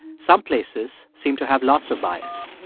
some places seem to have lots of bias,